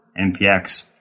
MPX